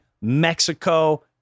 Mexico